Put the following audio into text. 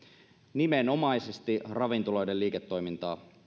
nimenomaisesti ravintoloiden liiketoimintaa